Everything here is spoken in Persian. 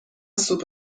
سوپ